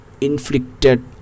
inflicted